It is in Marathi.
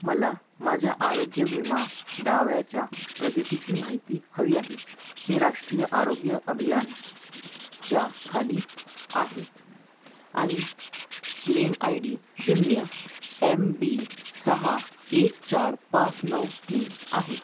मला माझ्या आरोग्य विमा दाव्याच्या प्रगतीची माहिती हवी आहे हे राष्ट्रीय आरोग्य अभियान च्या खाली आहे आणि क्लेम आय डी शून्य एम बी सहा एक चार पाच नऊ तीन आहे